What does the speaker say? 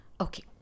Okay